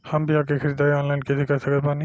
हम बीया के ख़रीदारी ऑनलाइन कैसे कर सकत बानी?